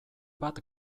bat